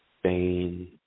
Spain